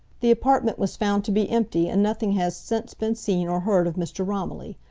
the apartment was found to be empty and nothing has since been seen or heard of mr. romilly.